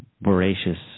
voracious